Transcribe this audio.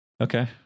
Okay